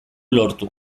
lortu